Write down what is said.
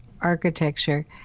architecture